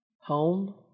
Home